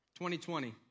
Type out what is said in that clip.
2020